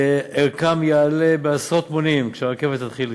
ערכם יעלה עשרות מונים כשהרכבת תתחיל לפעול.